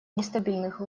нестабильных